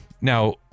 Now